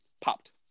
popped